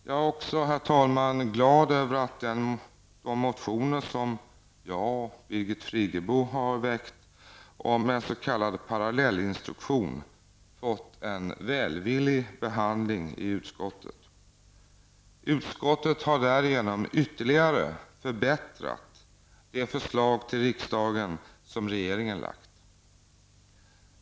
Jag är också glad över, herr talman, att de motioner som jag och Birgit Friggebo har väckt om en s.k. parallellinstruktion har fått en välvillig behandling i utskottet. Utskottet har därigenom ytterligare förbättrat det förslag till riksdagen som regeringen har lagt.